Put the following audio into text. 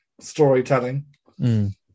storytelling